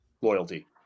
loyalty